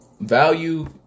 value